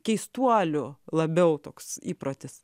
keistuolių labiau toks įprotis